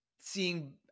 Seeing